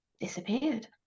disappeared